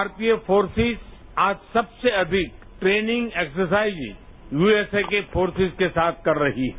भारतीय फोर्सेज आज सबसे अधिक ट्रेनिंग एक्सरसाइज यूएसए की फोर्सेज के साथ कर रही है